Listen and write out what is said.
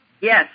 yes